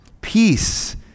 Peace